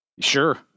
Sure